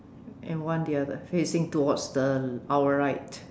and one the other facing towards the our right